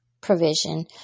provision